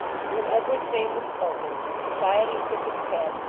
and when edward's name was spoken, society shook its head,